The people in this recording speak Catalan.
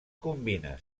combina